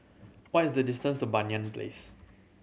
what is the distance to Banyan Place